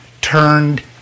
turned